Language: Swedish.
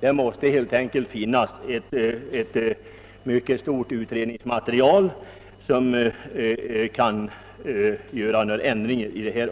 Det måste helt enkelt finnas ett mycket stort utredningsmaterial, som kan ligga till grund för ändringar,